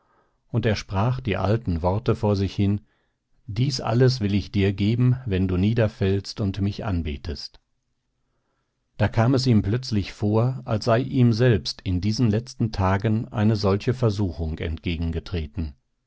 und er sprach die alten worte vor sich hin dies alles will ich dir geben wenn du niederfällst und mich anbetest da kam es ihm plötzlich vor als sei ihm selbst in diesen letzten tagen eine solche versuchung entgegengetreten